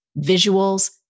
visuals